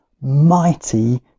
Mighty